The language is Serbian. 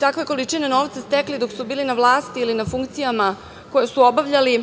takve količine novca stekli dok su bili na vlasti ili na funkcijama koje su obavljali